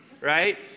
right